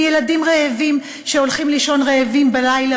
ילדים רעבים שהולכים לישון רעבים בלילה